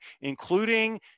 including